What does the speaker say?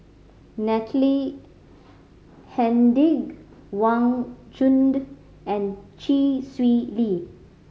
Natalie Hennedige Wang Chunde and Chee Swee Lee